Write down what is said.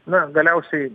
na galiausiai